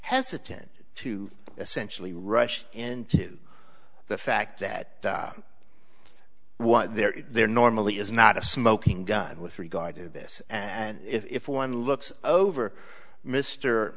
hesitant to essentially rush in to the fact that what they're there normally is not a smoking gun with regard to this and if one looks over mr